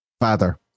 father